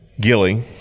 Gilly